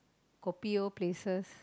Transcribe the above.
kopi O places